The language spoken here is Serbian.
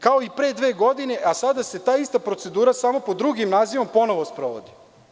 Kao i pre dve godine, a sada se ta ista procedura, samo pod drugim nazivom, ponovo sprovodi.